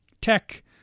tech